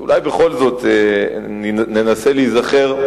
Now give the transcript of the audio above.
אז אולי בכל זאת ננסה להיזכר,